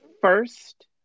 first